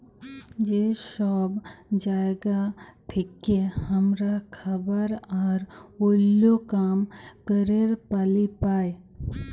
যে সব জায়গা থেক্যে হামরা খাবার আর ওল্য কাম ক্যরের পালি পাই